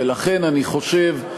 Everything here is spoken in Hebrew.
ולכן אני חושב,